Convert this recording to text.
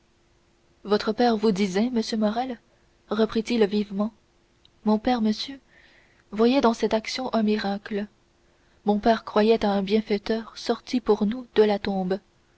votre père vous disait monsieur morrel reprit-il vivement mon père monsieur voyait dans cette action un miracle mon père croyait à un bienfaiteur sorti pour nous de la tombe